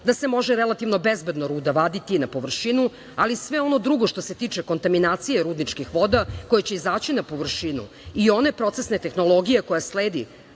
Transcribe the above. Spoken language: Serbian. da se može relativno bezbedno ruda vaditi na površinu, ali sve ono drugo što se tiče kontaminacije rudničkih voda koje će izaći na površinu i one procesne tehnologije koja sledi